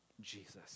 Jesus